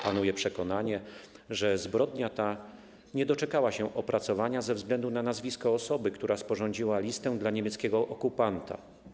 Panuje przekonanie, że zbrodnia ta nie doczekała się opracowania ze względu na nazwisko osoby, która sporządziła listę dla niemieckiego okupanta.